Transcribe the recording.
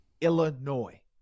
Illinois